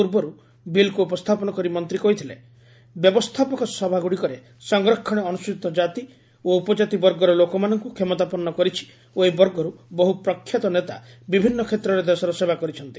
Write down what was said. ପୂର୍ବରୁ ବିଲ୍କୁ ଉପସ୍ଥାପନ କରି ମନ୍ତ୍ରୀ କହିଥିଲେ ବ୍ୟବସ୍ଥାପକ ସଭାଗୁଡ଼ିକରେ ସଂରକ୍ଷଣ ଅନୁସ୍ତଚୀତ କାତି ଓ ଉପଜାତି ବର୍ଗର ଲୋକମାନଙ୍କୁ କ୍ଷମତାପନୁ କରିଛି ଓ ଏହି ବର୍ଗରୁ ବହୁ ପ୍ରଖ୍ୟାତ ନେତା ବିଭିନ୍ନ କ୍ଷେତ୍ରରେ ଦେଶର ସେବା କରିଛନ୍ତି